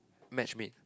match made